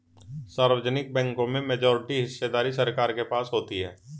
सार्वजनिक बैंकों में मेजॉरिटी हिस्सेदारी सरकार के पास होती है